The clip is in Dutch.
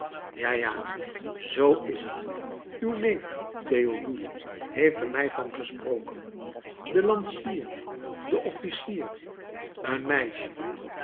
ja ja zoo is het uw neef theodule heeft er mij van gesproken de lansier de officier een meisje